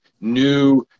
new